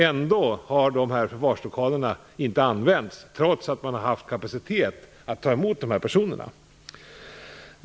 Ändå har de här förvarslokalerna inte använts, trots att de haft kapacitet att ta emot de här personerna.